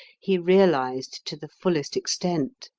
he realized to the fullest extent.